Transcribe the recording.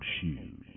shoes